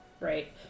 Right